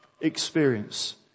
experience